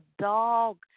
dog